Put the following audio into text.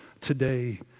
today